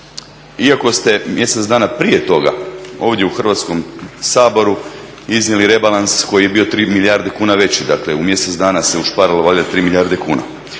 iako ste mjesec dana prije toga ovdje u Hrvatskom saboru iznijeli rebalans koji je bio tri milijarde kuna veći. Dakle, u mjesec dana se ušparalo valjda 3 milijarde kuna.